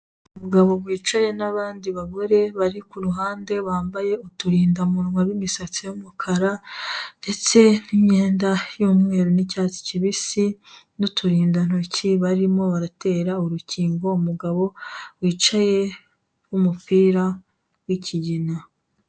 Umugabo wicaye n'abandi bagore bari Ku ruhande bambaye uturindamunwa b'imisatsi y'umukara, ndetse n'imyenda y'umweru n'icyatsi kibisi n'uturindantoki, barimo baratera urukingo umugabo wicaye w'umupira w'ikigina.